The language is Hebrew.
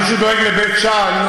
מי שדואג לבית שאן,